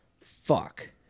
fuck